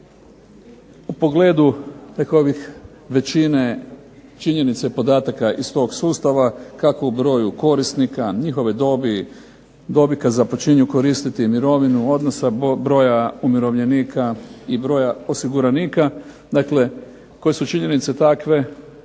rekao bih većine činjenica i podataka iz tog sustava, kako u broju korisnika, njihove dobi, dobi kad započinju koristiti mirovinu, odnosa broja umirovljenika, i broja osiguranika, dakle koje su činjenice takve